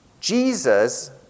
Jesus